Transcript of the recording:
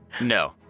No